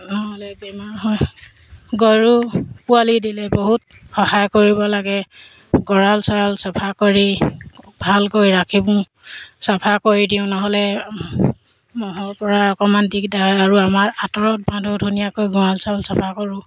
নহ'লে বেমাৰ হয় গৰু পোৱালি দিলে বহুত সহায় কৰিব লাগে গড়াল চৰাল চফা কৰি ভালকৈ ৰাখোঁ চফা কৰি দিওঁ নহ'লে মহৰপৰা অকণমান দিগদাৰ আৰু আমাৰ আঁতৰত বান্ধোঁ ধুনীয়াকৈ গড়াল চৰাল চফা কৰোঁ